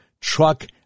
truck